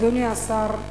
אדוני השר,